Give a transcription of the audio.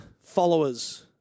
followers